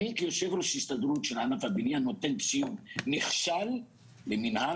כיושב-ראש ההסתדרות של ענף הבניה אני נותן ציון נכשל למנהל